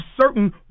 certain